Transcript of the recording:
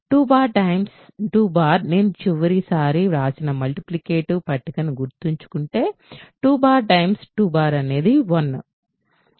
2 2 నేను చివరిసారి వ్రాసిన మల్టిప్లికేటివ్ పట్టికను గుర్తుంచుకుంటే 2 2 అనేది 1